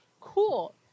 Cool